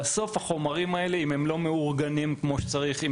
שאם החומרים האלה לא מאורגנים כמו שצריך,